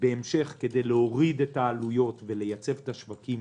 בהמשך כדי להוריד את העלויות ולייצב את השווקים